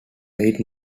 weight